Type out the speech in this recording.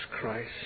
Christ